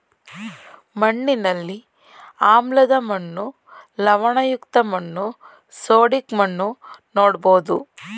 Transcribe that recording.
ಮಣ್ಣಿನಲ್ಲಿ ಆಮ್ಲದ ಮಣ್ಣು, ಲವಣಯುಕ್ತ ಮಣ್ಣು, ಸೋಡಿಕ್ ಮಣ್ಣು ನೋಡ್ಬೋದು